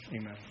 Amen